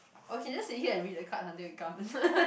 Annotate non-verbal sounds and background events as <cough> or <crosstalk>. or can just sit here and read the cards until he comes <laughs>